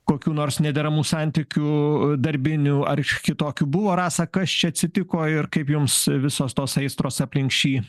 kokių nors nederamų santykių u darbinių ar kitokių buvo rasa kas čia atsitiko ir kaip jums visos tos aistros aplink šį